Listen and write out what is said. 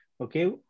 okay